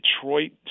Detroit